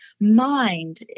mind